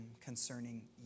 concerning